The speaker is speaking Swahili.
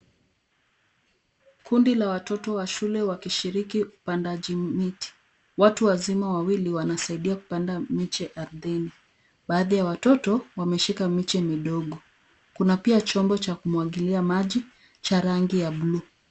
Kundi la watoto wa shule wakishiriki upandaji mtu. Watu wazima wawili wanasaidia kupanda miche ardhini. Baadhi ya watoto wameshika miche midogo, kuna pia chombo cha kumwagilia maji cha rangi ya buluu.